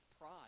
pride